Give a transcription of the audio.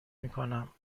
میکنم